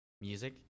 music